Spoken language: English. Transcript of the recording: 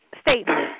statement